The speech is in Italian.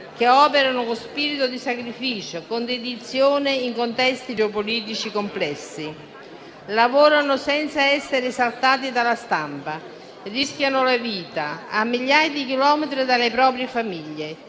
che operano con spirito di sacrificio e dedizione in contesti geopolitici complessi, lavorano senza essere esaltati dalla stampa, rischiano la vita a migliaia di chilometri dalle proprie famiglie.